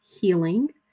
Healing